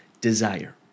Desire